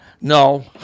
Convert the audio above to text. no